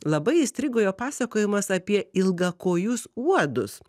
labai įstrigo jo pasakojimas apie ilgakojus uodus